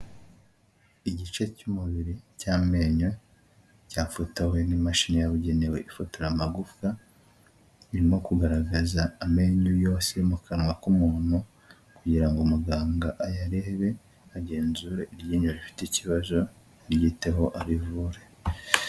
Igice cy'umubiri cy'amenyo cyafotowe n'imashini yabugenewe ifotoramagufa, irimo kugaragaza amenyo yose yo mu kanwa k'umuntu kugira ngo muganga ayarebe, agenzura iryinyo rifite ikibazo aryiteho arivure.